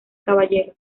caballero